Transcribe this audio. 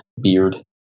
beard